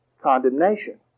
condemnation